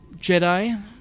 Jedi